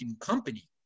company